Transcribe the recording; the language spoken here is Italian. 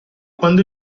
quando